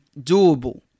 doable